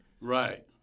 Right